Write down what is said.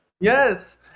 Yes